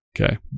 Okay